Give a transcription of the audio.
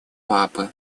папы